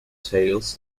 sails